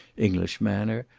english manner,